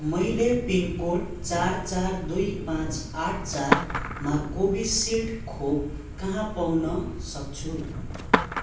मैले पिनकोड चार चार दुई पाँच आठ चारमा कोभिसिल्ड खोप कहाँ पाउन सक्छु